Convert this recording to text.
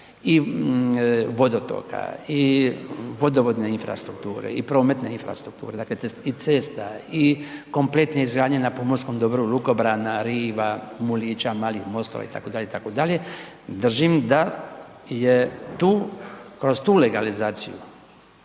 i vodotoka i vodovodne infrastrukture i prometne infrastrukture i cesta i kompletne izgradnje na pomorskom dobru lukobrana, riva, mulića, malih mostova, itd., itd., držim da je to kroz tu legalizaciju